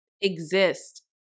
exist